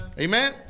Amen